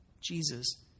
Jesus